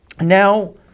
now